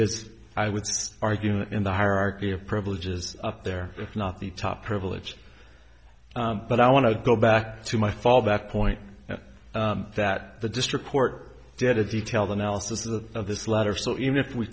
is i would argue in the hierarchy of privileges up there if not the top privilege but i want to go back to my fallback point that the district court did a detailed analysis of this letter so even if we